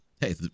hey